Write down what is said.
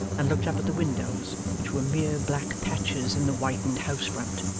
and looked up at the windows, which were mere black patches in the whitened house front.